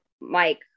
Mike